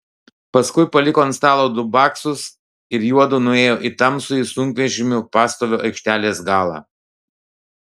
paskui paliko ant stalo du baksus ir juodu nuėjo į tamsųjį sunkvežimių postovio aikštelės galą